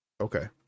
Okay